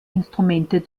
instrumente